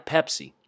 Pepsi